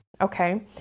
okay